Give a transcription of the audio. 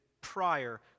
prior